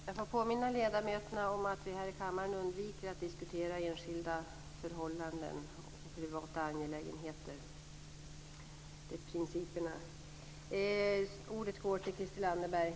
Jag får påminna ledamöterna om att vi här i kammaren undviker att diskutera enskilda förhållanden och privata angelägenheter. Det är principen.